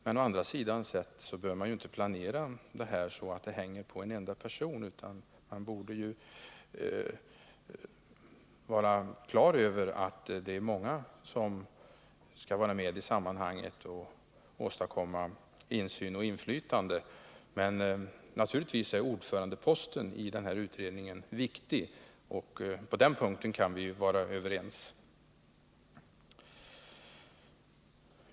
Men å andra sidan bör man inte planera arbetet så att det hänger på en enda person. Man borde ju vara på det klara med att det är många som skall vara med i sammanhanget och åstadkomma insyn och inflytande. Men naturligtvis är ordförandeposten i denna utredning viktig; på den punkten kan vi vara överens.